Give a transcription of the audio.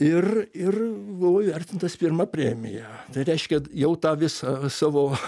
ir ir buvau įvertintas pirma premija tai reiškia jau tą visą savo